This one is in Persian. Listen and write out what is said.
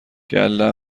گله